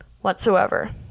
whatsoever